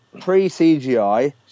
pre-cgi